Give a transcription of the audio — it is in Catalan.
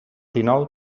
dinou